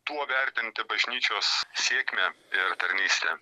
tuo vertinti bažnyčios sėkmę ir tarnystę